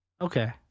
Okay